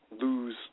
lose